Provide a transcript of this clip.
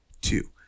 two